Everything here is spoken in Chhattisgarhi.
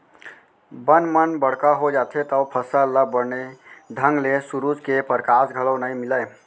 बन मन बड़का हो जाथें तव फसल ल बने ढंग ले सुरूज के परकास घलौ नइ मिलय